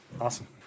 Awesome